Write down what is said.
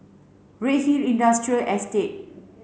Redhill Industrial Estate